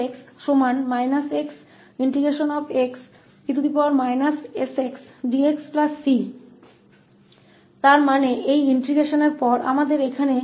इसका मतलब है कि इस एकीकरण के बाद अब हमारे पास e sx है इसलिए x जैसा है वैसा ही रहेगा और e sx इंटेग्रटिंग है